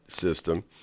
system